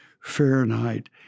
Fahrenheit